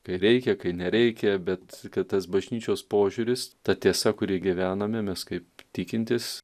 kai reikia kai nereikia bet kad tas bažnyčios požiūris ta tiesa kuria gyvename mes kaip tikintys